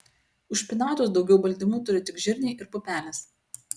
už špinatus daugiau baltymų turi tik žirniai ir pupelės